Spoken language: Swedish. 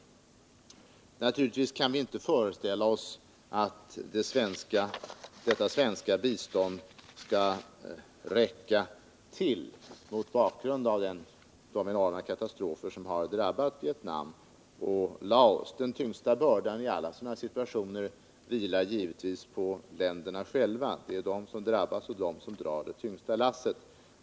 Naturligtvis kan vi inte föreställa oss att detta svenska bistånd skall räcka till mot bakgrund av de svåra katastrofer som har drabbat Vietnam och Laos. Den tyngsta bördan i alla sådana här situationer vilar givetvis på länderna själva — det är de som drabbas och de som drar det tyngsta lasset.